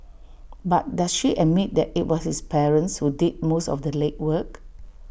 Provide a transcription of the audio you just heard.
but does she admit that IT was his parents who did most of the legwork